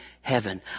heaven